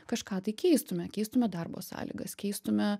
kažką tai keistume keistume darbo sąlygas keistume